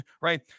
Right